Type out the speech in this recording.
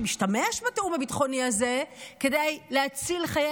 שמשתמש בתיאום הביטחוני הזה כדי להציל חיי